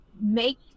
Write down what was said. make